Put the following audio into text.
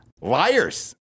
Liars